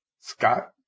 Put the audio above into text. scott